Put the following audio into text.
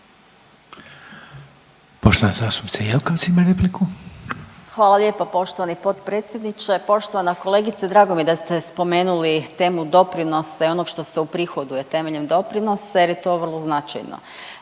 ima repliku. **Jelkovac, Marija (HDZ)** Hvala lijepa poštovani potpredsjedniče. Poštovana kolegice, drago mi je da ste spomenuli temu doprinosa i onog što se uprihoduje temeljem doprinosa jer je to vrlo značajno.